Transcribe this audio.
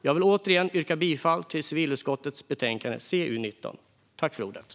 Jag vill återigen yrka bifall till utskottets förslag.